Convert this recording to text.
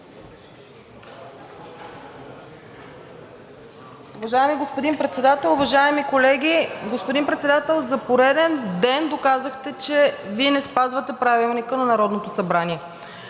Уважаеми господин Председател, уважаеми колеги! Господин Председател, за пореден ден доказахте, че Вие не спазвате Правилника на Народното събрание.